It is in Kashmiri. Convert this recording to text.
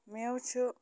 میوٕ چھُ